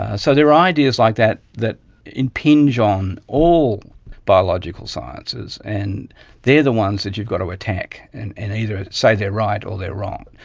ah so there are ideas like that that impinge on all biological sciences, and they are the ones that you've got to attack and and either say they are right or they are wrong.